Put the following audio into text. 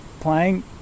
playing